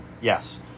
Yes